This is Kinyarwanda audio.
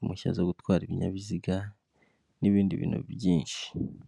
umuntu usanzwe utwaje undi imizigo akayimujyanira ahantu hatandukanye ubundi akamwishyura.